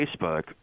Facebook